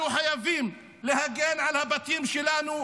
אנחנו חייבים להגן על הבתים שלנו,